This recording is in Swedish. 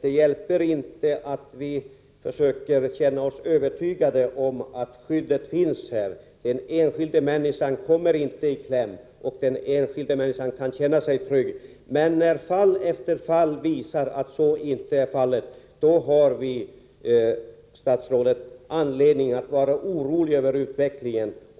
Det hjälper inte att vi försöker känna oss övertygade om att skyddet finns — att den enskilda människan inte kommer i kläm utan kan känna sig trygg. När fall efter fall visar att det inte är så, då har vi anledning att vara oroade över utvecklingen.